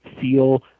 feel